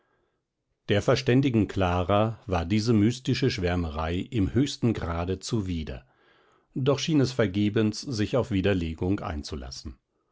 der verständigen clara war diese mystische schwärmerei im höchsten grade zuwider doch schien es vergebens sich auf widerlegung einzulassen